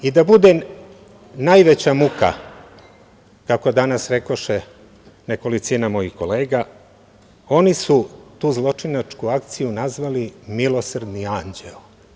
I da bude najveća muka, kako danas reče nekolicina mojih kolega, oni su tu zločinačku akciju nazvali „Milosrdni anđeo“